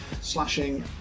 slashing